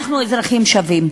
אנחנו אזרחים שווים.